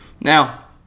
Now